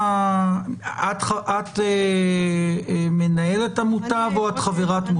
את מנהלת המותב או שאת חברת מותב?